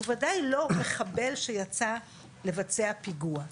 הוא בוודאי לא מחבל שיצא לבצע פיגוע.